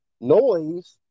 noise